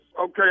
Okay